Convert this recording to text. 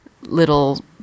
little